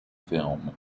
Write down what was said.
film